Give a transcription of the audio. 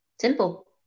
simple